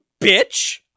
bitch